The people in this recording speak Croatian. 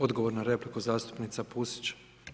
Odgovor na repliku, zastupnica Pusić.